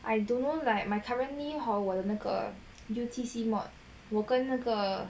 I don't know like my currently hor 我的那个 duty C mod 我跟那个